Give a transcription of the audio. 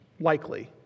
Likely